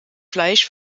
fleisch